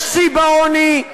יש שיא בעוני,